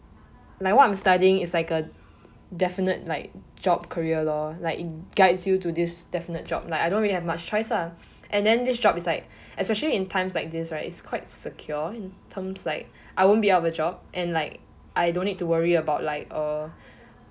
like what I'm studying is like a definite like job career lor like it guides you to this definite job like I don't really have much choice lah and then this job is like especially in times like this right is quite secure in terms like I won't be out of job and like I don't need to worry about like uh